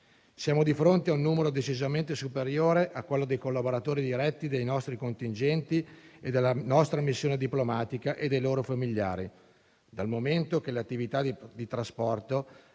Siamo di fronte a un numero decisamente superiore a quello dei collaboratori diretti dei nostri contingenti, della nostra missione diplomatica e dei loro familiari, dal momento che le attività di trasporto